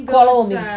called